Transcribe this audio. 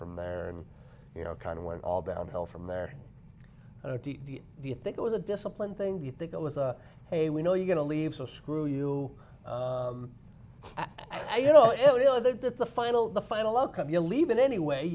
from there and you know kind of went all downhill from there do you think it was a disciplined thing do you think it was a hey we know you're going to leave so screw you you know you know that the final the final outcome you leave it anyway